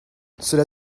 cela